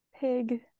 pig